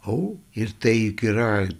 o ir tai juk yra